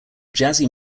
jazzy